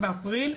באפריל?